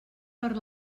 per